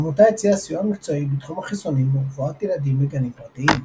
העמותה הציעה סיוע מקצועי בתחום החיסונים ורפואת ילדים לגנים פרטיים.